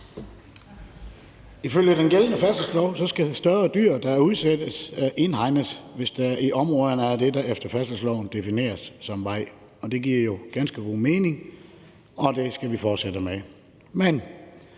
Ifølge den gældende færdselslov skal større dyr, der udsættes, indhegnes, hvis der i områderne er det, der efter færdselsloven defineres som vej, og det giver jo ganske god mening, og det skal vi fortsætte med.